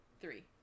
Three